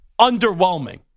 underwhelming